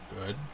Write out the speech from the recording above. Good